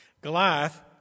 Goliath